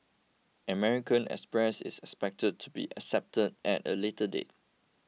American Express is expected to be accepted at a later date